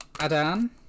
Adan